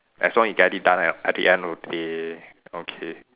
as long you get it done at at the end of the day okay